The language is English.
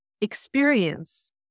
experience